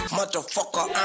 Motherfucker